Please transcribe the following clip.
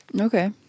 Okay